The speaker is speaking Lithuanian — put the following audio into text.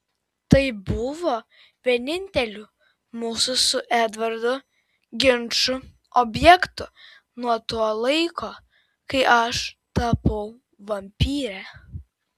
tai buvo vieninteliu mūsų su edvardu ginčų objektu nuo to laiko kai aš tapau vampyre